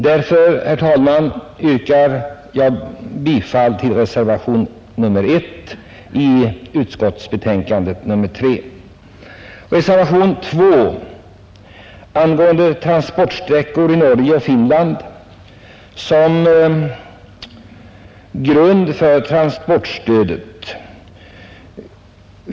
Därför, herr talman, yrkar jag bifall till reservationen 1 i trafikutskottets betänkande nr 3. Reservation 2 behandlar transportsträckor i Norge och Finland som grund för transportstödet.